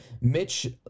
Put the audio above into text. Mitch